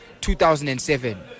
2007